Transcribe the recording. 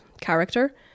character